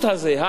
הערכי,